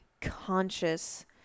conscious